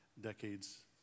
decades